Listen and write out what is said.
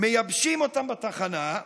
מייבשים אותם בתחנה,